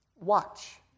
watch